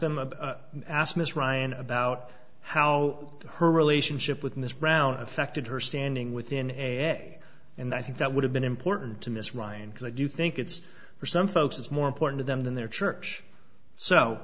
ryan about how her relationship with ms brown affected her standing within a day and i think that would have been important to miss ryan because i do think it's for some folks is more important to them than their church so